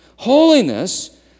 Holiness